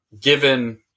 given